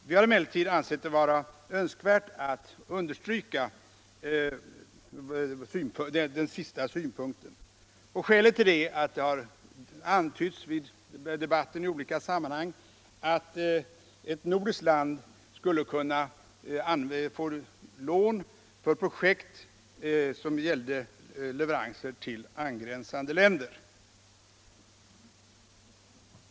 Vi har emellertid ansett det vara önskvärt att understryka den sist 27 nämnda synpunkten. Skälet till det är att det vid debatter i olika sam manhang har antytts att ett nordiskt land skulle kunna erhålla lån för projekt som gäller leveranser till angränsande länder.